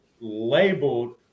labeled